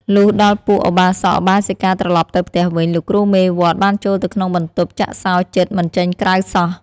លុះដល់ពួកឧបាសកឧបាសិកាត្រឡប់ទៅផ្ទះវិញ លោកគ្រូមេវត្តបានចូលទៅក្នុងបន្ទប់ចាក់សោជិតមិនចេញក្រៅសោះ។